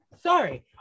Sorry